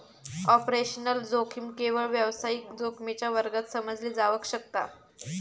operational जोखीम केवळ व्यावसायिक जोखमीच्या वर्गात समजली जावक शकता